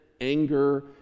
anger